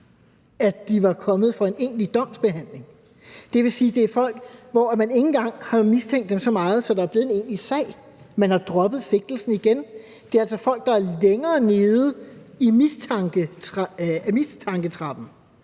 at de var kommet for en egentlig domsbehandling. Det vil sige, at det er folk, som man ikke engang har mistænkt så meget, at der er blevet en egentlig sag; man har droppet sigtelsen igen. Det er altså folk, der er længere nede på mistanketrappen.